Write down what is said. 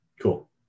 Cool